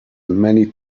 many